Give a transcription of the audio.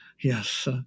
yes